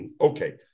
Okay